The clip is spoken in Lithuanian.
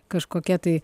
kažkokia tai